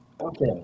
Okay